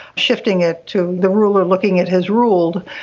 shifting it to the ruler looking at his ruled,